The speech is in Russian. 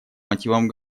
мотивам